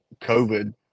COVID